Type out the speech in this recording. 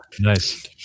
nice